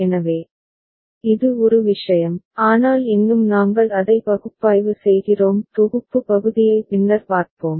எனவே இது ஒரு விஷயம் ஆனால் இன்னும் நாங்கள் அதை பகுப்பாய்வு செய்கிறோம் தொகுப்பு பகுதியை பின்னர் பார்ப்போம்